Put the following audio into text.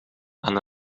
aan